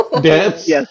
dance